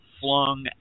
flung